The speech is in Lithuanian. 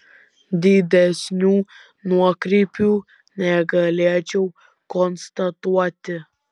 didesnių nuokrypių negalėčiau konstatuoti